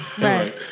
Right